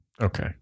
Okay